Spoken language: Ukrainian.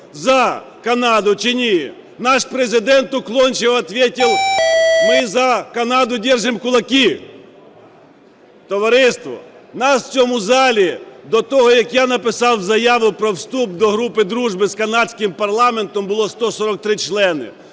за Канаду чи ні, наш Президент уклончиво ответил: "Мы за Канаду держим кулаки!" Товариство, нас в цьому залі до того, як я написав заяву про вступ до групи дружби з Канадським парламентом, було 143 члени